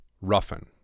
Ruffin